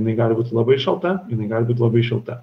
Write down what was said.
jinai gali būt labai šalta jinai gali būt labai šilta